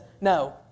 no